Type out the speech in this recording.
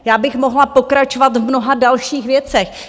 Já bych mohla pokračovat v mnoha dalších věcech.